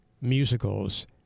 musicals